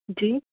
जी